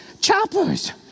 Choppers